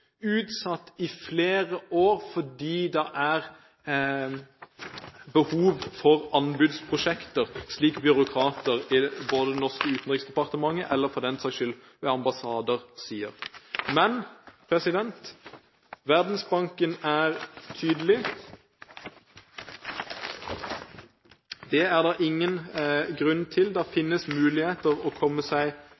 utsatt i flere år fordi det er behov for anbudsprosjekter, slik byråkrater i det norske Utenriksdepartementet – eller for den saks skyld ved ambassader – sier. Men Verdensbanken er tydelig; dette er det ingen grunn til. Det